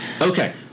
Okay